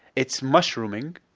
it's mushrooming,